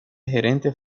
gerente